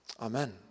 Amen